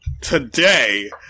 today